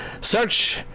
Search